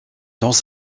dans